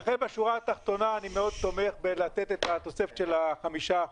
לכן בשורה התחתונה אני מאוד תומך בלתת את התוספת של ה-5%